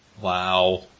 Wow